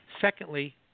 Secondly